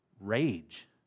Rage